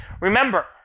Remember